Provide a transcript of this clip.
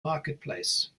marketplace